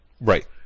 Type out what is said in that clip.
right